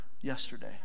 yesterday